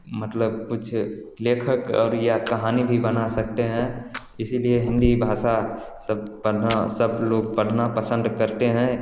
मतलब कुछ लेखक और या कहानी भी बना सकते हैं इसीलिए हिंदी भाषा सब पढ़ना सब लोग पढ़ना पसंद करते हैं